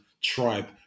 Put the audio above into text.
tribe